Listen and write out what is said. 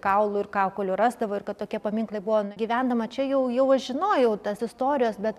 kaulų ir kaukolių rasdavo ir kad tokie paminklai buvo gyvendama čia jau jau aš žinojau tas istorijas bet